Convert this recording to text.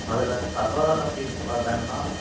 அதில் சவால் அப்டின்னு பார்த்தாங்கனா